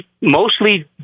mostly